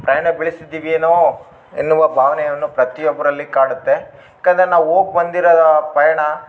ಪ್ರಯಾಣ ಬೆಳೆಸಿದ್ದಿವೇನೋ ಎನ್ನುವ ಭಾವನೆಯನ್ನು ಪ್ರತೀಯೊಬ್ಬರಲ್ಲಿ ಕಾಡುತ್ತೆ ಯಾಕಂದರೆ ನಾವು ಹೋಗ್ ಬಂದಿರೋದು ಪಯಣ